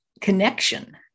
connection